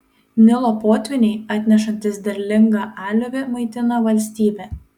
nilo potvyniai atnešantys derlingą aliuvį maitina valstybę